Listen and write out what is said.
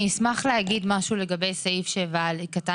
אני אשמח להגיד משהו לגבי סעיף 7(א).